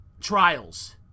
trials